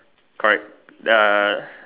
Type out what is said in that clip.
correct the